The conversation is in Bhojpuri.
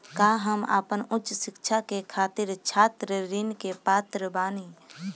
का हम आपन उच्च शिक्षा के खातिर छात्र ऋण के पात्र बानी?